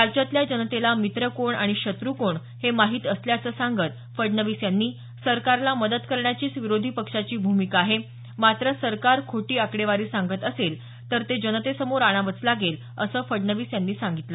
राज्यातल्या जनतेला मित्र कोण आणि शत्रू कोण हे माहित असल्याचं सांगत फडणवीस यांनी सरकारला मदत करण्याचीच विरोधी पक्षाची भूमिका आहे मात्र सरकार खोटी आकडेवारी सांगत असेल तर ते जनतेसमोर आणावंच लागेल असं सांगितलं